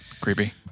Creepy